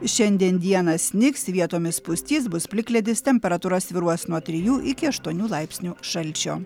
šiandien dieną snigs vietomis pustys bus plikledis temperatūra svyruos nuo trijų iki aštuonių laipsnių šalčio